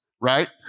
Right